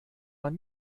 man